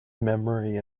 memory